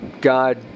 God